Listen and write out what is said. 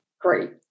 Great